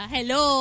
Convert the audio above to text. Hello